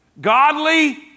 Godly